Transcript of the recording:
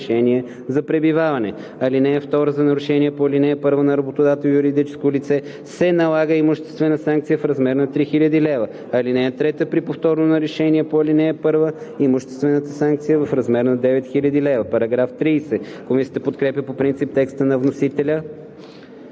на 9000 лв.“ Комисията подкрепя по принцип текста на вносителя